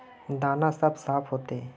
दाना सब साफ होते?